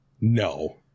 No